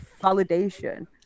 validation